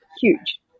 huge